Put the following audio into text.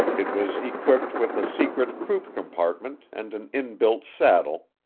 it was equipped with a secret croup-compartment and an inbuilt saddle,